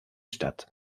statt